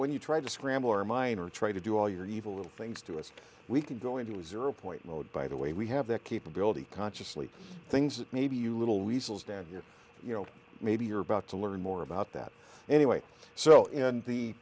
when you try to scramble or mine or try to do all your evil little things to us we can go into zero point mode by the way we have the capability consciously things that maybe you little reasons down here you know maybe you're about to learn more about that anyway so in the